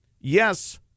yes